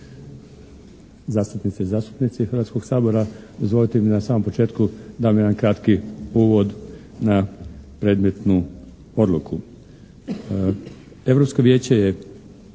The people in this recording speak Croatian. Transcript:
zastupnice i zastupnici Hrvatskog sabora. Dozvolite mi na samom početku da dam jedan kratki uvod na predmetnu odluku.